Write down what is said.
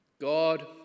God